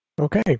Okay